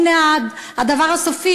הנה הדבר הסופי,